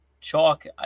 chalk